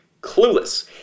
clueless